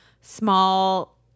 small